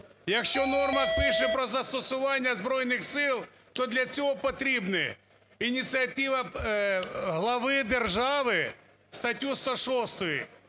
Якщо норма пише про застосування Збройних Сил, то для цього потрібна ініціатива глави держави, статті 106,